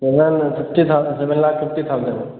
seven fifty thou seven lakh fifty thousand